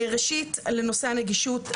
ראשית לנושא הנגישות,